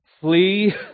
flee